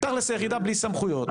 תכלס היחידה בלי סמכויות,